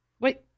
Wait